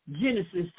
Genesis